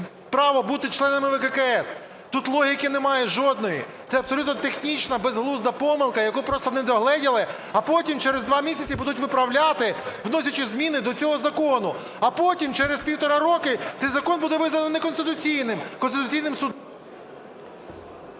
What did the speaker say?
право бути членами ВККС. Тут логіки немає жодної, це абсолютно технічна, безглузда помилка, яку просто недогледіли, а потім через два місяці будуть виправляти, вносячи зміни до цього закону. А потім через півтора року цей закон буде визнано неконституційним Конституційним Судом...